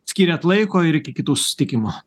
skyrėt laiko ir iki kitų susitikimų